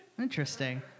Interesting